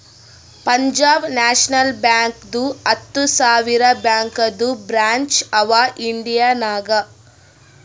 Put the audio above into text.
Punjab national ಬ್ಯಾಂಕ್ದು ಹತ್ತ ಸಾವಿರ ಬ್ಯಾಂಕದು ಬ್ರ್ಯಾಂಚ್ ಅವಾ ಇಂಡಿಯಾ ನಾಗ್